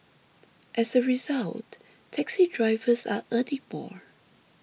as a result taxi drivers are earning more